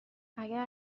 اگر